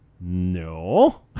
No